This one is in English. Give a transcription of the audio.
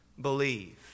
believe